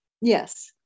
Yes